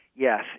Yes